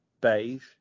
beige